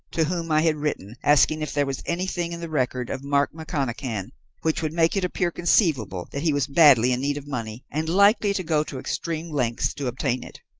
to whom i had written asking if there was anything in the record of mark mcconachan which would make it appear conceivable that he was badly in need of money, and likely to go to extreme lengths to obtain it.